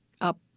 up